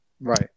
right